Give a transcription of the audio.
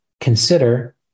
consider